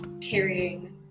carrying